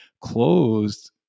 closed